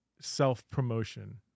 self-promotion